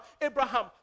Abraham